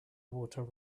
water